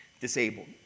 disabled